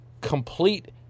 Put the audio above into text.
complete